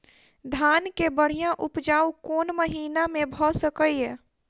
धान केँ बढ़िया उपजाउ कोण महीना मे भऽ सकैय?